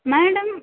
madam